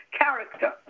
character